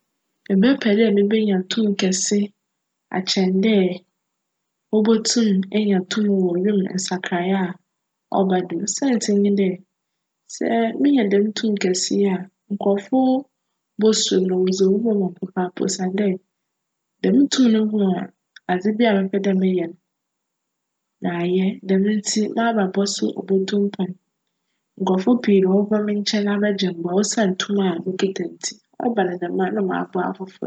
Mebjpj dj mebenya tum kjse akyjn dj mobotum enya tum wc wimu nsakrae a cba do. Siantsir nye dj, sj menya djm tum kjse yi a, nkorcfo bosuro na wcdze obu bjma me papaapa osiandj, djm tum no ma adze biara mepj dj meyj no m'ayj, djm ntsi m'abrabc so botu mpcn, nkorcfo pii na wcbjba me nkyjn abjgye mboa osian tum a okita me ntsi cba no djm a, nna m'aboa afofor.